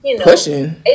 Pushing